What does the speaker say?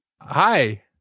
Hi